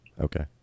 Okay